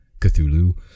Cthulhu